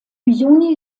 juni